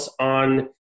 on